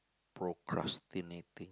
procrastinating